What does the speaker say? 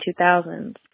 2000s